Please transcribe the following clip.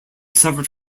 suffered